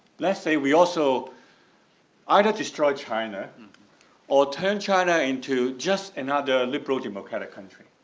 let's say we also either destroy china or turn china into just another liberal democratic country.